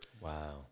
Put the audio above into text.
Wow